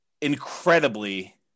incredibly